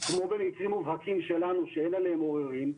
כמו במקרים מובהקים שלנו שאין עליהם עוררין,